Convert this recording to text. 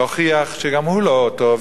הוכיח שגם הוא לא טוב,